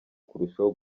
kurushaho